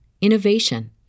innovation